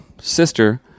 sister